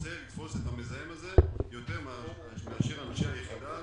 שרוצה לתפוס את המזהם הזה יותר מאנשי היחידה הזאת.